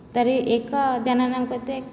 तर्हि एकजनानां कृते